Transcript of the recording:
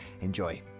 Enjoy